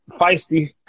Feisty